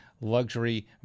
luxury